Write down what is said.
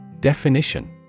Definition